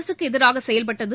அரசுக்கு எதிராக செயல்பட்டது